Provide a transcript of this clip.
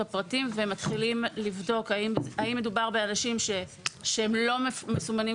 הפרטים ומתחילים לבדוק האם מדובר באנשים שהם לא מסומנים.